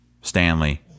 Stanley